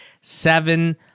Seven